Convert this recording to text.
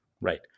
right